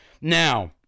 Now